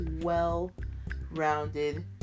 well-rounded